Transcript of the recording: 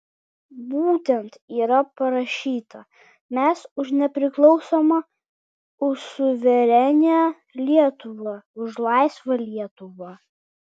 būtent yra parašyta mes už nepriklausomą už suverenią lietuvą už laisvą lietuvą